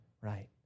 right